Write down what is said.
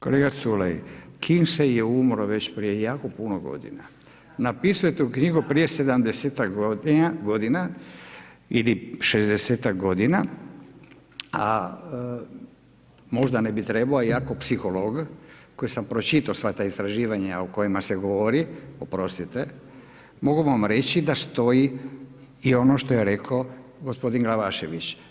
Kolega Culej, … je umro prije jako puno godina, napisao je tu knjigu prije 70-ak godina ili 60-ak godina a možda ne bi trebao a ja kao psiholog koji sam pročitao sva ta istraživanja o kojima se govori, oprostite, mogu vam reći da stoji i ono što je rekao gospodin Glavašević.